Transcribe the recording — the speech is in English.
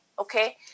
Okay